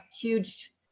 huge